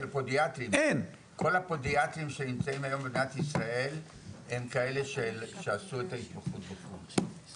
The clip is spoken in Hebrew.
כל הפודיאטרים שנמצאים פה במדינת ישראל זה כאלו שעשו את ההתמחות בחו"ל.